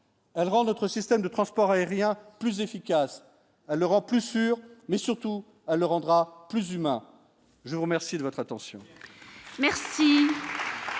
Elle rend notre système de transport aérien plus efficace l'alors en plus sûr, mais surtout elle rendra plus humain, je vous remercie de votre attention.